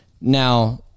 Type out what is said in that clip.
now